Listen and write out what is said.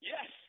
Yes